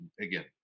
again